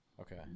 Okay